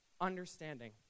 understanding